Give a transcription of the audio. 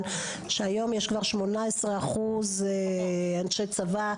שהיום יש כבר 18 אחוזים של נשים בצבא,